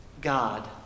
God